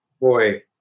Boy